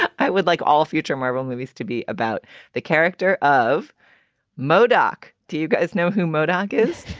i would like all future marvel movies to be about the character of modoc. do you guys know who modoc is?